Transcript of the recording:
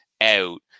out